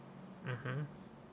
mmhmm